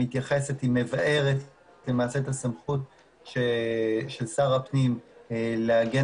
שמתייחסת ומבארת למעשה את הסמכות של שר הפנים לעגן